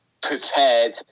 prepared